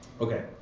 Okay